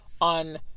on